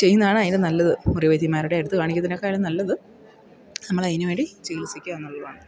ചെയ്യുന്നതാണ് അതിന് നല്ലത് മുറിവൈദ്യന്മാരുടെ അടുത്ത് കാണിക്കുന്നതിനേക്കാളും നല്ലത് നമ്മൾ അതിന് വേണ്ടി ചികിത്സിക്കുക എന്നുള്ളതാണ്